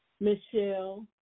Michelle